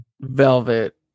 velvet